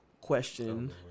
question